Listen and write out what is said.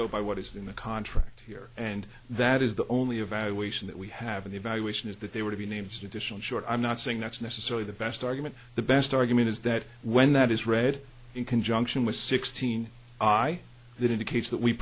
go by what is the in the contract here and that is the only evaluation that we have an evaluation is that they were to be names additional short i'm not saying that's necessarily the best argument the best argument is that when that is read in conjunction with sixteen i that indicates that we